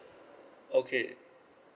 okay